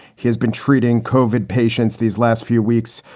he has been treating covered patients these last few weeks.